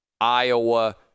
Iowa